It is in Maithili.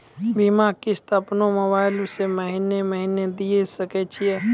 बीमा किस्त अपनो मोबाइल से महीने महीने दिए सकय छियै?